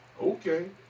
Okay